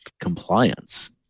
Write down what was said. compliance